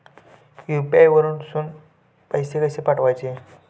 UPI वरसून पैसे कसे पाठवचे?